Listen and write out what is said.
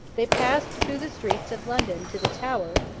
they passed through the streets of london to the tower,